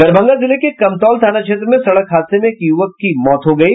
दरभंगा जिले के कमतौल थाना क्षेत्र में सड़क हादसे में एक युवक की मौत हो गयी